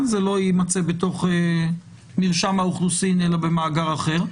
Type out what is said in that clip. זה לא יימצא בתוך מרשם האוכלוסין אלא במאגר אחר.